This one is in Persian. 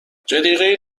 جلیقههای